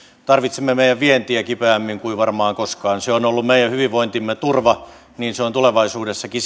tarvitsemme meidän vientiä kipeämmin kuin varmaan koskaan se on ollut meidän hyvinvointimme turva ja niin se on tulevaisuudessakin